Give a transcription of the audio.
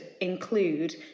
include